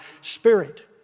Spirit